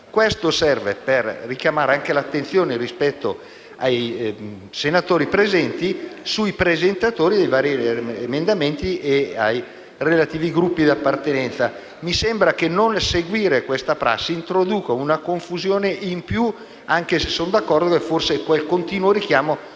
Questo serve per richiamare anche l'attenzione dei senatori presenti sui presentatori dei vari emendamenti e dei relativi Gruppi di appartenenza. Mi sembra che non seguire questa prassi introduca una maggiore confusione, anche se sono d'accordo che forse quel continuo richiamo